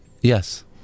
Yes